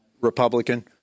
Republican